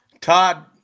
Todd